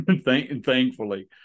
thankfully